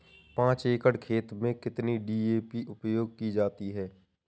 पाँच एकड़ खेत में कितनी डी.ए.पी उपयोग की जाती है?